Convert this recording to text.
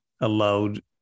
allowed